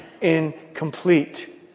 incomplete